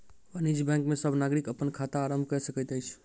वाणिज्य बैंक में सब नागरिक अपन खाता आरम्भ कय सकैत अछि